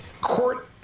court